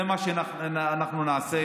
וזה מה שאנחנו נעשה,